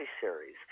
series